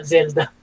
Zelda